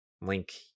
Link